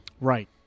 Right